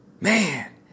Man